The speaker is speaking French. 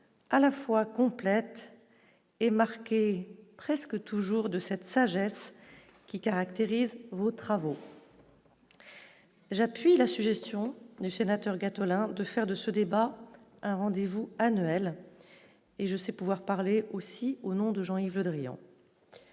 à la fois complète et marqué presque toujours de cette sagesse qui caractérisent vos travaux. J'appuie la suggestion du sénateur Gattolin de faire de ce débat, un rendez-vous annuel et je sais pouvoir parler aussi au nom de Jean-Yves Le Drian.